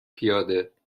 پیاده